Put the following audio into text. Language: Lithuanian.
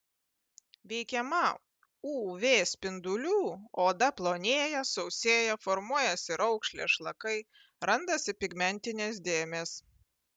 veikiama uv spindulių odą plonėja sausėja formuojasi raukšlės šlakai randasi pigmentinės dėmės